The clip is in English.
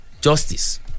Justice